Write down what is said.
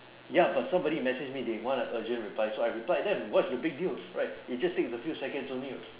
ya but somebody message me they want an urgent reply so I replied them what's your big deal right it just takes a few seconds only what